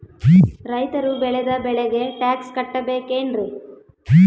ರೈತರು ಬೆಳೆದ ಬೆಳೆಗೆ ಟ್ಯಾಕ್ಸ್ ಕಟ್ಟಬೇಕೆನ್ರಿ?